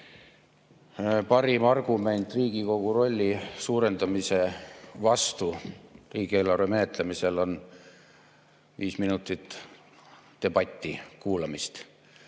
Parim argument Riigikogu rolli suurendamise vastu riigieelarve menetlemisel on viis minutit debati kuulamist.